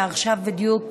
כי עכשיו בדיוק